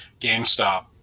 GameStop